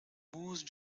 moose